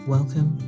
Welcome